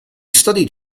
studied